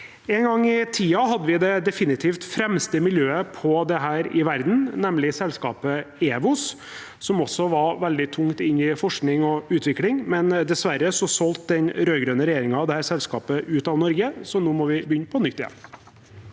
En gang i tiden hadde vi det definitivt fremste miljøet i verden på dette, nemlig selskapet Ewos, som også var veldig tungt inne i forskning og utvikling. Dessverre solgte den rød-grønne regjeringen dette selskapet ut av Norge, så nå må vi begynne på nytt igjen.